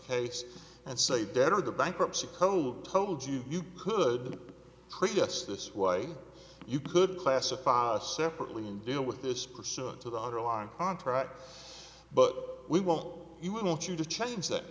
case and say debtor the bankruptcy code told you you could treat us this way you could classify us separately and deal with this pursuant to the underlying contract but we won't even want you to change that